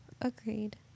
Agreed